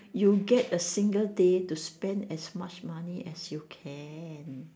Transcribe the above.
you get a single day to spend as much money as you can